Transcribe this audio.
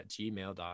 gmail.com